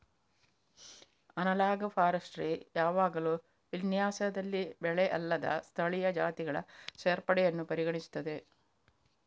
analogue forestry ಯಾವಾಗಲೂ ವಿನ್ಯಾಸದಲ್ಲಿ ಬೆಳೆ ಅಲ್ಲದ ಸ್ಥಳೀಯ ಜಾತಿಗಳ ಸೇರ್ಪಡೆಯನ್ನು ಪರಿಗಣಿಸುತ್ತದೆ